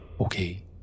okay